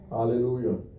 Hallelujah